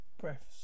breaths